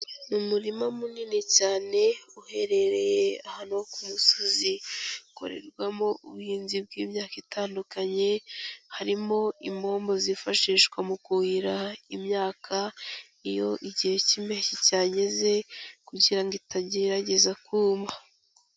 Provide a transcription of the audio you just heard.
Umurima munini cyane uherereye ahantu ho ku musozi, ukorerwamo ubuhinzi bw'imyaka itandukanye, harimo impombo zifashishwa mu kuhira imyaka iyo igihe cy'impeshyi cyageze kugira itagerageza kuma.